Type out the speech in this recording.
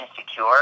insecure